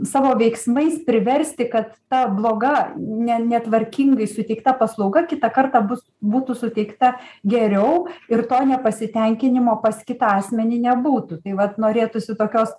savo veiksmais priversti kad ta bloga ne netvarkingai suteikta paslauga kitą kartą bus būtų suteikta geriau ir to nepasitenkinimo pas kitą asmenį nebūtų tai vat norėtųsi tokios